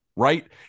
Right